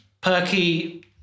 Perky